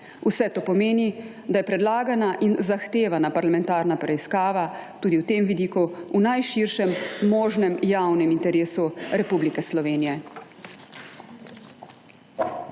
Vse to pomeni, da je predlagana in zahtevana parlamentarna preiskava tudi v tem vidiku v najširšem možnem javnem interesu Republike Slovenije.